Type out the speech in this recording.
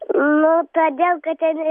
nu todėl kad ten